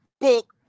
book